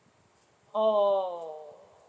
oh